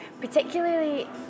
particularly